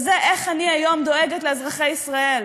וזה איך אני היום דואגת לאזרחי ישראל.